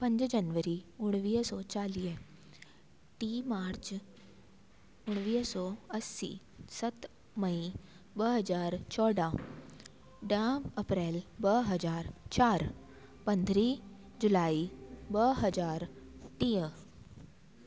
पंज जनवरी उणिवीह सौ चालीह टी मार्च उणिवीह सौ असी सत मई ॿ हज़ार चौॾहां ॾह अप्रैल ॿ हज़ार चारि पंद्रही जूलाई ॿ हज़ार टीह